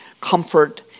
comfort